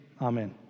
Amen